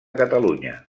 catalunya